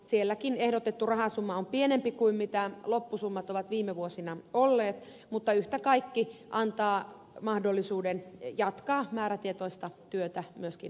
sielläkin ehdotettu rahasumma on pienempi kuin loppusummat ovat viime vuosina olleet mutta yhtä kaikki antaa mahdollisuuden jatkaa määrätietoista työtä myöskin näillä sektoreilla